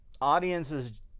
Audiences